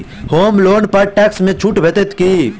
होम loan पर tax मे छुट भेटत की